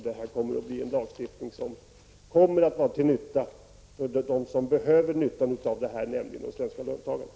Det kommer att bli en lagstiftning som kommer att vara till nytta för dem som behöver den, nämligen de svenska löntagarna.